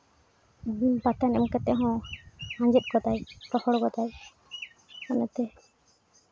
ᱵᱤᱱ ᱵᱟᱛᱟᱱ ᱮᱢ ᱠᱟᱛᱮᱫ ᱦᱚᱸ ᱟᱸᱡᱮᱫ ᱜᱚᱫᱟᱭ ᱨᱚᱦᱚᱲ ᱜᱚᱫᱟᱭ ᱚᱱᱟᱛᱮ